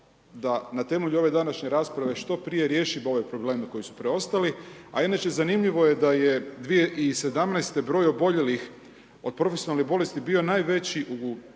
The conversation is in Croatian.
da na temelju ove današnje rasprave što prije riješimo ove probleme koji su preostali a inače zanimljivo je da je 2017. broj oboljelih od profesionalnih bolesti bio najveći u